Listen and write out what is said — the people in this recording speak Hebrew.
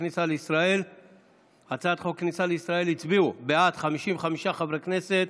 הכניסה לישראל הצביעו בעד 55 חברי כנסת,